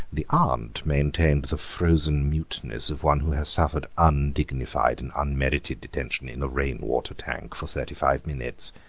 the aunt maintained the frozen muteness of one who has suffered undignified and unmerited detention in a rain water tank for thirty-five minutes.